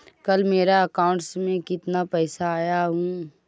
कल मेरा अकाउंटस में कितना पैसा आया ऊ?